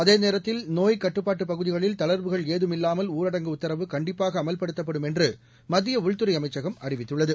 அதே நேரத்தில் நோய்க் கட்டுப்பாட்டு பகுதிகளில் தளர்வுகள் ஏதுமில்லாமல் ஊரடங்கு உத்தரவு கண்டிப்பாக அமல்படுத்தப்படும் என்று மத்திய உள்துறை அமைச்சகம் அறிவித்துள்ளது